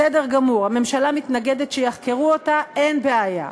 בסדר גמור, הממשלה מתנגדת שיחקרו אותה, אין בעיה.